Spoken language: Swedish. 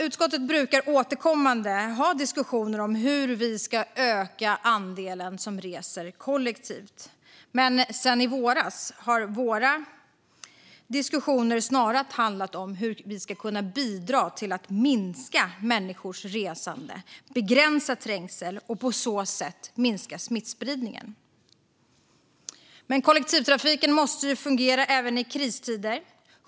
Utskottet brukar återkommande ha diskussioner om hur vi ska öka andelen som reser kollektivt. Men sedan i våras har våra diskussioner snarare handlat om hur vi ska kunna bidra till att minska människors resande, begränsa trängsel och på så sätt minska smittspridningen. Kollektivtrafiken måste dock fungera även i kristider.